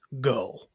go